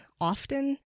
often